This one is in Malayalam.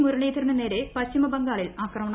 മുരളീധരനു നേരെ പശ്ചിമ ബംഗാളിൽ ആക്രമണം